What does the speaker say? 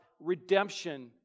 redemption